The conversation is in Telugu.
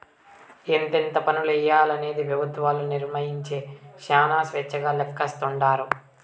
ఎంతెంత పన్నులెయ్యాలనేది పెబుత్వాలు నిర్మయించే శానా స్వేచ్చగా లెక్కలేస్తాండారు